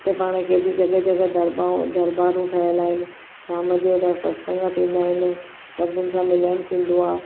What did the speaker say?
हिते पाणि केॾी जॻह जॻह दरबाउ दरबारूं ठहियल आहिनि शाम जो हेॾा सत्संग थींदा आहिनि सभिनि सां मिलणु थींदो आहे